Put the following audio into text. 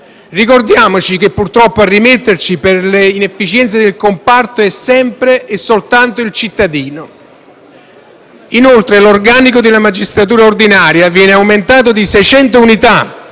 Ricordiamoci che purtroppo a rimetterci per le inefficienze del comparto è sempre e soltanto il cittadino. Inoltre, l'organico della magistratura ordinaria viene aumentato di 600 unità.